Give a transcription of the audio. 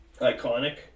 iconic